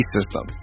System